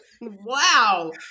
Wow